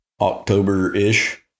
October-ish